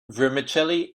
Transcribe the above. vermicelli